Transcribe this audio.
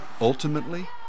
ultimately